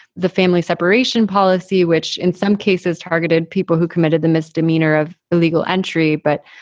the family separation policy, which in some cases targeted people who committed the misdemeanor of illegal entry. but,